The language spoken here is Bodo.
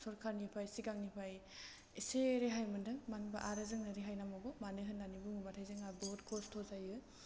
सरकारनिफ्राय सिगांनिफ्राय एसे रेहाय मोन्दों मानो होनोबा आरो जोंनो रेहाय नांबावगौ मानो होन्नानै बुङोबाथाइ जोंहा बहुद खस्थ' जायो